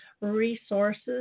resources